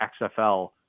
XFL